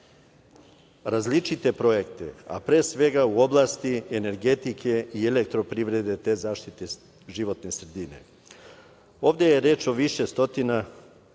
različite projekte, a pre svega u oblasti energetike i elektroprivrede i zaštite životne sredine. Ovde je reč o više stotina